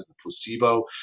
placebo